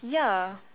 ya